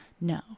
no